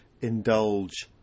indulge